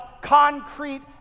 concrete